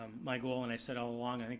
my goal, and i said all along, i mean